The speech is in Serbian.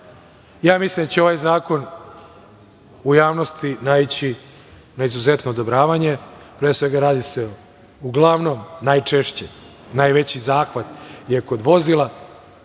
mislim da će ovaj zakon u javnosti naići na izuzetno odobravanje. Pre svega, radi se, uglavnom, najčešće, najveći zahvat je kod vozila,